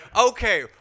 Okay